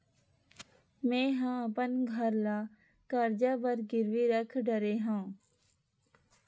मेहा अपन घर ला कर्जा बर गिरवी रख डरे हव